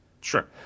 Sure